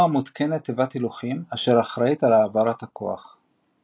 - באופנוע מותקנת תיבת הילוכים אשר אחראית על העברת הכוח.